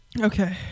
Okay